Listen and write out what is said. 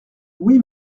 oui